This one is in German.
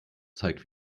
zeigt